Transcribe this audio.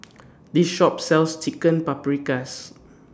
This Shop sells Chicken Paprikas